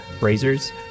razors